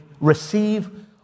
receive